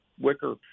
Wicker